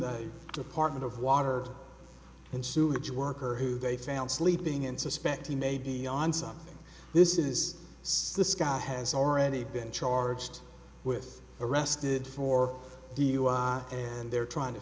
the department of water and sewage worker who they found sleeping in suspect he may be on something this is so this guy has already been charged with arrested for dui and they're trying to